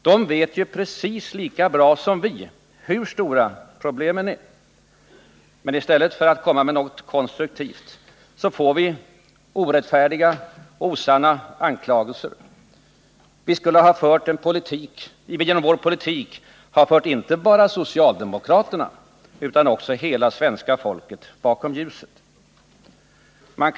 De vet ju precis lika bra som vi hur stora problemen är, men i stället för att komma med något konstruktivt möter de oss med orättfärdiga, osanna anklagelser: vi skulle genom vår politik ha fört inte bara socialdemokraterna utan också hela svenska folket bakom ljuset.